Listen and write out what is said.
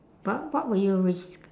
but what will you risk